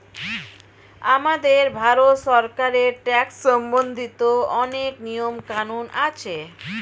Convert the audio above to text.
আমাদের ভারত সরকারের ট্যাক্স সম্বন্ধিত অনেক নিয়ম কানুন আছে